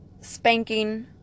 Spanking